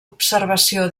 observació